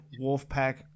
Wolfpack